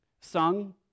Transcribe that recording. sung